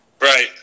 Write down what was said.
Right